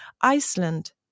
Iceland